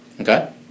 Okay